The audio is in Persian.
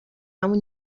اون